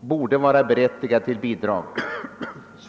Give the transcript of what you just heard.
borde vara berättigat till bidrag?